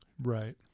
Right